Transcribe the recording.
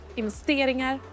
investeringar